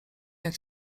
jak